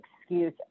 excuse